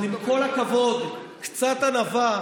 אבל עם כל הכבוד, קצת ענווה.